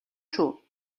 шүү